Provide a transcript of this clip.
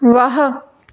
ਵਾਹ